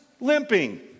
limping